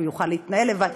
שהוא יוכל להתנהל לבד.